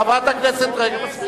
חברת הכנסת רגב, מספיק.